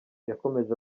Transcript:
yakomeje